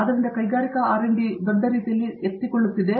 ಆದ್ದರಿಂದ ಕೈಗಾರಿಕಾ R D ದೊಡ್ಡ ರೀತಿಯಲ್ಲಿ ಎತ್ತಿಕೊಳ್ಳುತ್ತಿದೆ